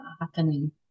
happening